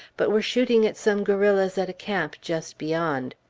but were shooting at some guerrillas at a camp just beyond.